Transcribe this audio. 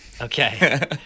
Okay